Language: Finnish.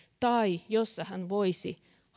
tai jossa hän voisi